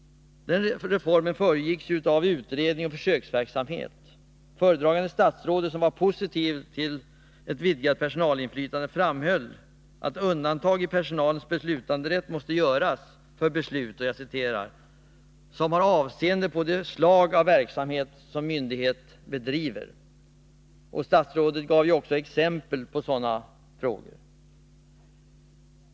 Den reformen föregicks av både utredning och försöksverksamhet. Föredragande statsrådet, som var positiv till ett vidgat personalinflytande, framhöll att undantag i personalens beslutanderätt måste göras för beslut ”som har avseende på det slag av verksamhet som myndighet bedriver”. Statsrådet gav också exempel på sådana frågor.